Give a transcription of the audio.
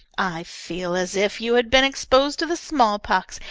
i feel as if you had been exposed to the smallpox,